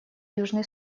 южный